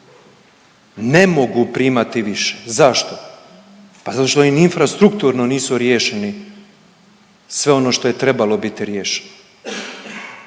ne mogu primati više, zašto? Pa zato što im infrastrukturno nisu riješeni sve ono što je trebalo biti riješeno.